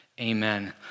Amen